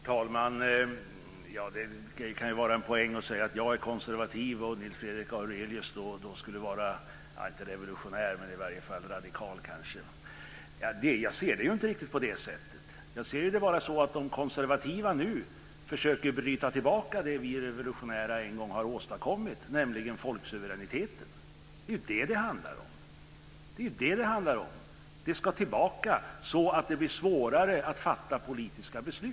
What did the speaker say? Herr talman! Det kan vara en poäng att säga att jag är konservativ och Nils Fredrik Aurelius skulle vara om inte revolutionär så i varje fall kanske radikal. Jag ser det inte riktigt på det sättet. Jag ser det som att de konservativa nu försöker att bryta tillbaka och ändra det vi revolutionära en gång har åstadkommit, nämligen folksuveräniteten. Det är vad det handlar om. Det ska tillbaka så att det blir svårare att fatta politiska beslut.